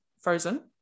Frozen